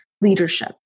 leadership